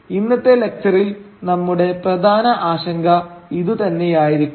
ഇന്നത്തെ ലക്ച്ചറിൽ നമ്മുടെ പ്രധാന ആശങ്ക ഇതു തന്നെയായിരിക്കും